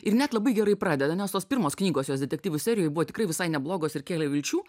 ir net labai gerai pradeda nes tos pirmos knygos jos detektyvų serijoj buvo tikrai visai neblogos ir kėlė vilčių